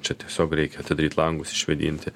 čia tiesiog reikia atidaryt langus išvėdinti